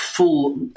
full